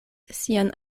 sian